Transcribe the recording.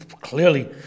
clearly